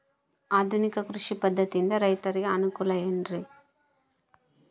ಆಧುನಿಕ ಕೃಷಿ ಪದ್ಧತಿಯಿಂದ ರೈತರಿಗೆ ಅನುಕೂಲ ಏನ್ರಿ?